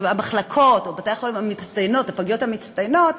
המחלקות בבתי-החולים, הפגיות המצטיינות,